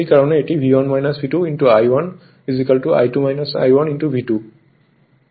সুতরাং সেই কারণেই এটি V1 V2 I1 I2 I1 V2